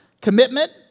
commitment